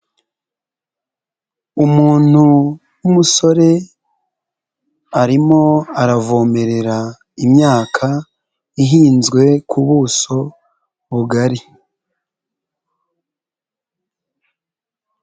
Umuntu w'umusore arimo aravomerera imyaka ihinzwe ku buso bugari.